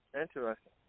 Interesting